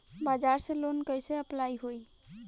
बजाज से लोन कईसे अप्लाई होई?